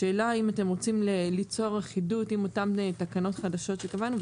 השאלה אם אתם רוצים ליצור אחידות עם אותן תקנות חדשות שקבענו,